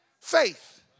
faith